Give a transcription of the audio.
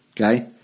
Okay